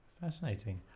Fascinating